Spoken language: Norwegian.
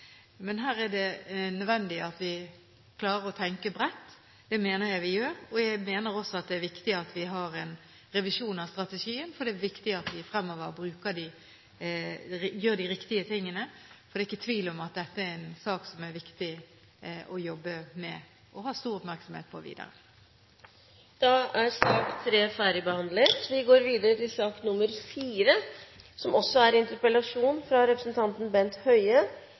Her er det nødvendig å tenke bredt. Det mener jeg vi gjør. Jeg mener også at det er viktig at vi foretar en revisjon av strategien, slik at vi gjør de riktige tingene fremover. Det er ikke tvil om at dette er en sak som det er viktig å jobbe med – og ha stor oppmerksomhet på videre. Debatten i sak nr. 3 er dermed omme. Vi lever i et samfunn der vi søker stadig mer kunnskap på alle områder. Kunnskap er